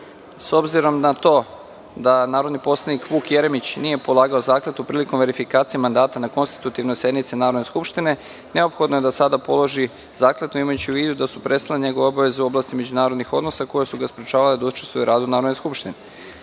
s obzirom na to da narodni poslanik Vuk Jeremić nije polagao zakletvu prilikom verifikacije mandata na konstitutivnoj sednici Narodne skupštine, neophodno je da sada položi zakletvu, imajući u vidu da su prestale njegove obaveze u oblasti međunarodnih odnosa, koje su ga sprečavale da učestvuje u radu Narodne skupštine. Poštovani